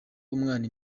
umwana